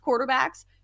quarterbacks